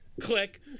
click